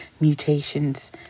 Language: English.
mutations